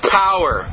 power